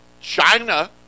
China